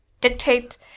dictate